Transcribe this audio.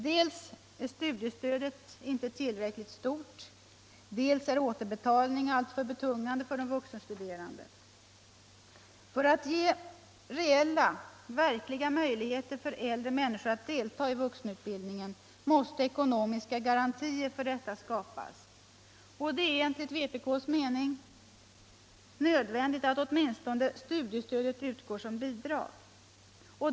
Dels är studiestödet inte tillräckligt stort, dels är återbetalningen alltför betungande för de vuxenstuderande. För att ge reella möjligheter för äldre människor att delta i vuxenutbildning måste ekonomiska garantier för detta skapas. Det är enligt vpk:s mening nödvändigt att åtminstone studiestödet utgår som bidrag.